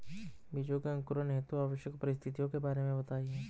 बीजों के अंकुरण हेतु आवश्यक परिस्थितियों के बारे में बताइए